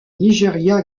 nigeria